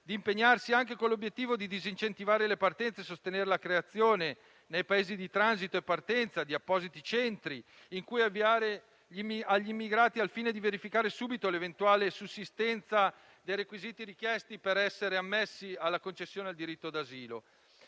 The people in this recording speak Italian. di impegnarsi anche con l'obiettivo di disincentivare le partenze e sostenere la creazione, nei Paesi di transito e partenza, di appositi centri in cui avviare gli immigrati al fine di verificare subito l'eventuale sussistenza dei requisiti richiesti per essere ammessi alla concessione del diritto d'asilo;